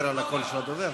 שגובר על הקול של הדובר?